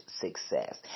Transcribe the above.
success